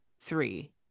three